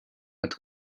but